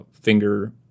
finger